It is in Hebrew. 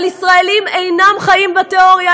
אבל ישראלים אינם חיים בתיאוריה,